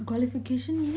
qualification meaning